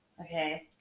Okay